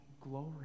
glory